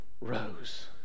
Rose